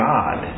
God